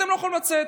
אתם לא יכולים לצאת.